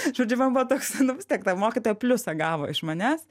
žodžiu man buvo toks nu vis tiek ta mokytoja pliusą gavo iš manęs